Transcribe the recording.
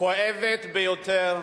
כואבת ביותר.